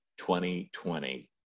2020